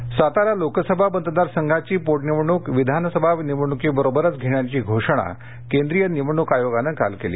निवडणक सातारा लोकसभा मतदारसंघाची पोटनिवडणुक विधानसभा निवडणुकीबरोबरच घेण्याची घोषणा केंद्रीय निवडणुक आयोगानं काल केली